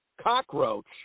cockroach